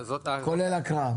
זאת הייתה ההקראה?